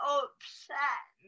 upset